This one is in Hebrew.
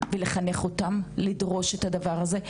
ולחנך אותן לדרוש את הדבר הזה.